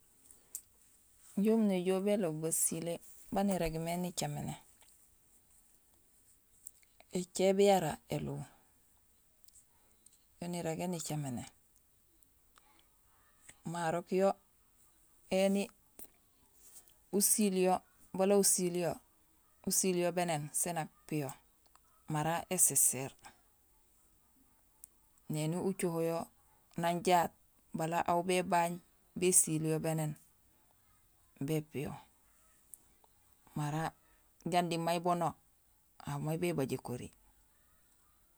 Injé umu néjool béloob basilé baan irégmé nicaméné; écééb yara élihu, yo nirégé nicaméné, maarok yo éni usiil yo bala usiil yo bénéén sing nak piyo mara éséséér. Néni ucoho yo nang jaat bala aw bébaañ bésiil yo bénéén bépiyo mara janding may bono aw bébay ékori